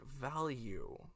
value